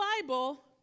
Bible